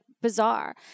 bizarre